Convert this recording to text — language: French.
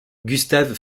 gustave